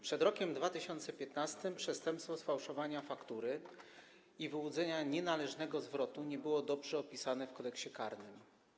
Przed rokiem 2015 przestępstwo sfałszowania faktury i wyłudzenia nienależnego zwrotu nie było dobrze opisane w Kodeksie karnym.